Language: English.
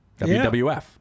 WWF